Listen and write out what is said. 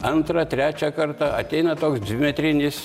antrą trečią kartą ateina toks dvimetrinis